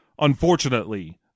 unfortunately